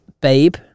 babe